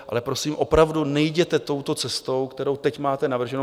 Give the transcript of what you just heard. Ale prosím, opravdu nejděte touto cestou, kterou teď máte navrženou.